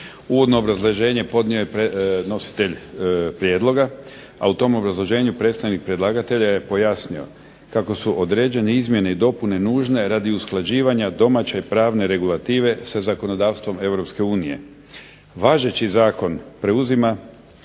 Uvodno obrazloženje podnio je nositelj prijedlog, a o tom obrazloženju predstavnik predlagatelja je pojasnio kako su izmjene i dopune nužne radi usklađivanja domaće pravne regulative sa zakonodavstvom Europske unije. Važeći zakon preuzima